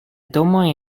domoj